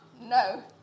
No